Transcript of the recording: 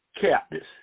captives